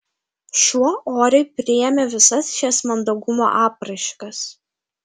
šuo oriai priėmė visas šias mandagumo apraiškas